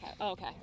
Okay